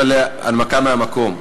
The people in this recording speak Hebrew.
הנמקה מהמקום.